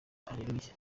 hallelujah